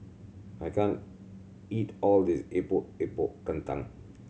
I can't eat all this Epok Epok Kentang